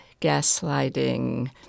gaslighting